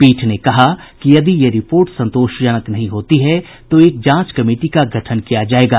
पीठ ने कहा कि यदि ये रिपोर्ट संतोषजनक नहीं होती है तो एक जांच कमिटी का गठन किया जायेगा